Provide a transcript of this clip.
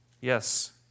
Yes